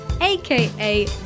aka